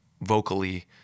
vocally